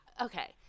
okay